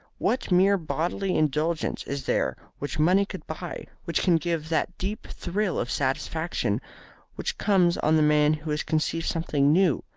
what mere bodily indulgence is there which money could buy which can give that deep thrill of satisfaction which comes on the man who has conceived something new,